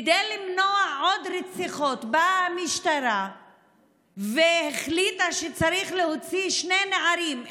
כדי למנוע עוד רציחות באה המשטרה והחליטה שצריך להוציא שני נערים,